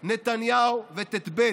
נתניהו וטב,